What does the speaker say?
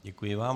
Děkuji vám.